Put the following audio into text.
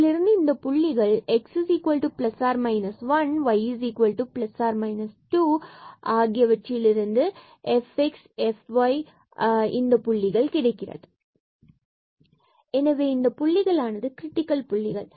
இதிலிருந்து இந்த புள்ளிகள் x ±1 y ±2 ஆகியவற்றிலிருந்தும் fx and fy இந்த புள்ளிகள் 0 ஆகும் எனவே இந்த புள்ளிகள் ஆனது கிரிட்டிக்கல் புள்ளிகள்